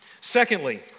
Secondly